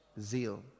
zeal